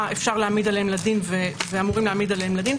אפשר להעמיד עליהם לדין ואמורים להעמיד עליהם לדין,